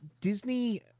Disney